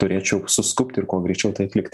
turėčiau suskubti ir kuo greičiau tai atlikti